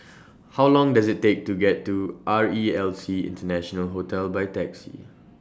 How Long Does IT Take to get to R E L C International Hotel By Taxi